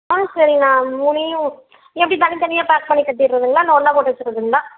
ஆ சரி நான் மூணையும் எப்படி தனித்தனியாக பேக் பண்ணி கட்டிடதுங்களா இல்லை ஒன்றா போட்டு வச்சுட்றதுங்களா